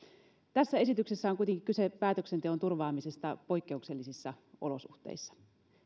tässä esityksessä on kuitenkin kyse päätöksenteon turvaamisesta poikkeuksellisissa olosuhteissa